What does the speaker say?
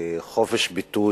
לחופש ביטוי,